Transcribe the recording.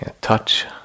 Touch